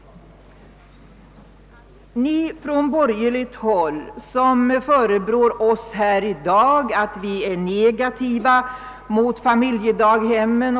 Ni från borgerligt håll förebrår oss här i dag att vi är negativa mot familjedaghemmen.